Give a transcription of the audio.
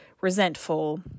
resentful